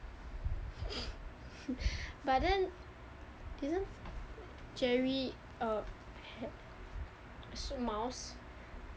but then isn't jerry a ha~ mouse